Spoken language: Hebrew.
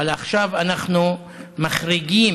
אבל עכשיו אנחנו מחריגים